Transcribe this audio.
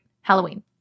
Halloween